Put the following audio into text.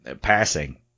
passing